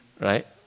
right